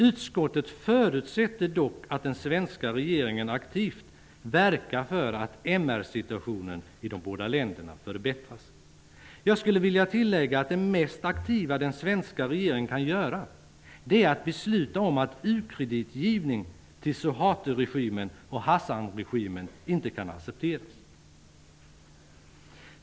Utskottet förutsätter dock att den svenska regeringen aktivt verkar för att situationen i de båda länderna förbättras. Jag skulle vilja tillägga att det mest aktiva den svenska regeringen kan göra är att besluta om att u-kreditgivning till Suharto-regimen och Hassan-regimen inte kan accepteras.